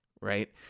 right